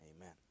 Amen